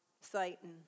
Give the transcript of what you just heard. Satan